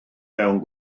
mewn